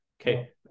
Okay